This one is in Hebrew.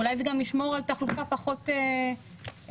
אולי גם לשמור על תחלופה פחות רוטינית.